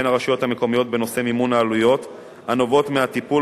הרשויות המקומיות בנושא מימון העלויות הנובעות מהטיפול